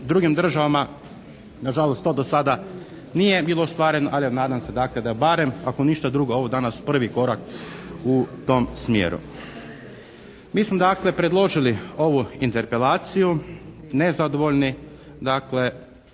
drugim državama. Nažalost to do sada nije bilo ostvareno ali nadam se dakle da barem ako ništa drugo ovo danas prvi korak u tom smjeru. Mi smo dakle predložili ovu interpelaciju nezadovoljni dakle